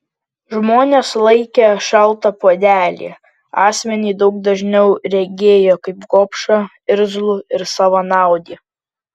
žmonės laikę šaltą puodelį asmenį daug dažniau regėjo kaip gobšą irzlų ir savanaudį